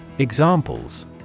Examples